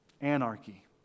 Anarchy